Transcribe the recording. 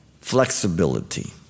flexibility